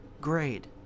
grade